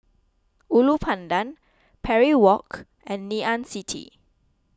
Ulu Pandan Parry Walk and Ngee Ann City